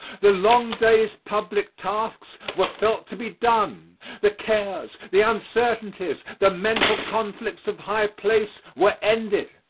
the long day's public tasks were felt to be done the cares, the uncertainties, the mental conflicts of high place, were ended